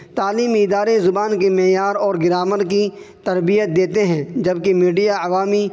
تعلیمی ادارے زبان کی معیار اور گرامر کی تربیت دیتے ہیں جبکہ میڈیا عوامی